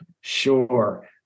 Sure